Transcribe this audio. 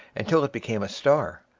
until it became a star.